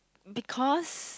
because